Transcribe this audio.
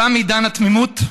תם עידן התמימות,